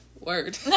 Word